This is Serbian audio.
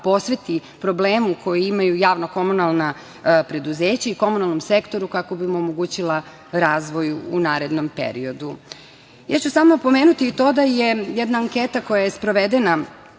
posveti problemu koji imaju javna komunalna preduzeća i komunalni sektor kako bi im omogućila razvoj u narednom periodu. Ja ću samo pomenuti i to da je jedna anketa koja je sprovedena